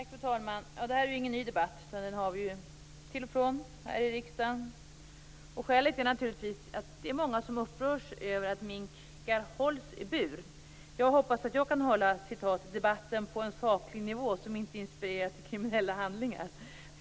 Fru talman! Det här är ingen ny debatt. Den har vi till och från här i riksdagen. Skälet är naturligtvis att många upprörs över att minkar hålls i bur. Jag hoppas att jag kan hålla debatten "på en saklig nivå som inte inspirerar till kriminella handlingar".